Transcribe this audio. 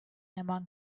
among